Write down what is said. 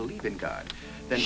believe in god then